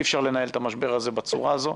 אי-אפשר לנהל את המשבר הזה בצורה הזו.